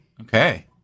Okay